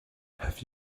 have